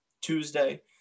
Tuesday